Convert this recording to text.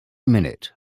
minute